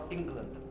England